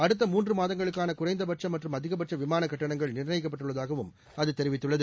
அடுத்த மூன்று மாதங்களுக்கான குறைந்தபட்ச மற்றும் அதிகபட்ச விமான பயணக் கட்டணங்கள் நிர்ணயிக்கப்பட்டுள்ளதாகவும் அது தெரிவித்துள்ளது